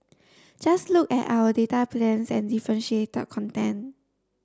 just look at our data plans and differentiated content